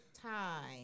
Time